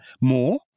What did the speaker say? more